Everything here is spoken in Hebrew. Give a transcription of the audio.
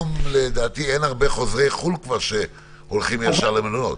לדעתי אין הרבה חוזרי חו"ל כבר שהולכים ישר למלונות.